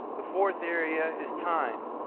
the fourth area is time.